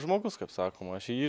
žmogus kaip sakoma aš į jį